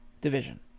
Division